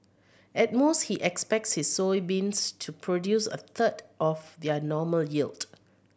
at most he expects his soybeans to produce a third of their normal yield